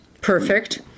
perfect